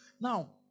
Now